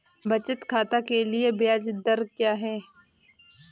बचत खाते के लिए ब्याज दर क्या है?